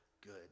good